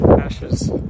Ashes